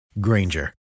Granger